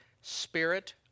spirit